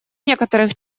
некоторых